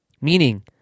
meaning